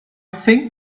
think